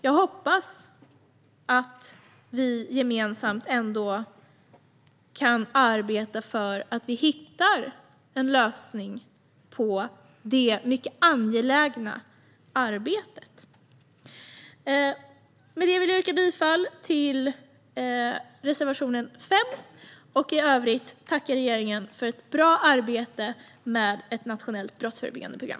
Jag hoppas att vi gemensamt ändå kan arbeta för att hitta en lösning på detta mycket viktiga område. Med detta vill jag yrka bifall till reservation 5. I övrigt vill jag tacka regeringen för ett bra arbete med ett nationellt brottsförebyggande program.